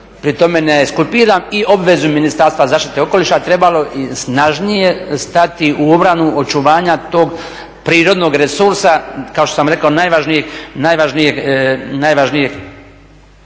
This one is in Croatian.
Pri tome ne eskulpiram i obvezu Ministarstva zaštite okoliša, trebalo je snažnije stati u obranu očuvanja tog prirodnog resursa kao što sam rekao najvažnijeg staništa ribe